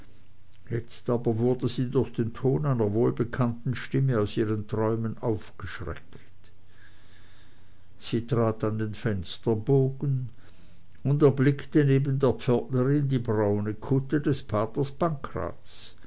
jetzt aber wurde sie durch den ton einer wohlbekannten stimme aus ihren träumen aufgeschreckt sie trat an den fensterbogen und erblickte neben der pförtnerin die braune kutte des